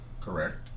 Correct